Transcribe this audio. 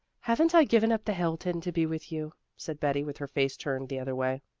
haven't i given up the hilton to be with you? said betty, with her face turned the other way.